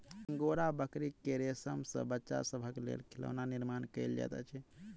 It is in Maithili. अंगोरा बकरी के रेशम सॅ बच्चा सभक लेल खिलौना निर्माण कयल जाइत अछि